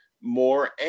more